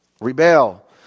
rebel